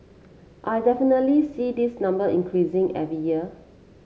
I definitely see this number increasing every year